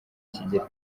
kigira